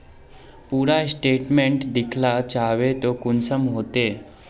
पूरा स्टेटमेंट देखला चाहबे तो कुंसम होते?